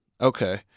Okay